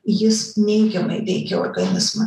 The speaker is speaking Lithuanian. jis neigiamai veikia organizmą